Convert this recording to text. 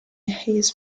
his